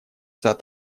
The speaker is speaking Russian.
сад